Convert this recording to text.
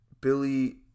Billy